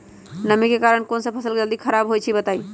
नमी के कारन कौन स फसल जल्दी खराब होई छई बताई?